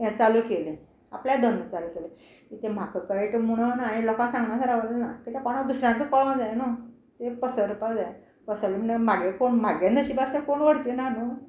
हें चालू केलें आपल्या धंदो चालू केलो कितें म्हाका कळटा म्हणून हांयें लोकांक सांगनासतना रावल ना कित्या कोणा दुसऱ्यांकूय कळो जाय न्हू तें पसरपा जाय पसरलें म्हण म्हागे कोण म्हागे नशिबा आसा तें कोण व्हरचे ना न्हू